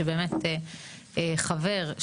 שבאמת חבר,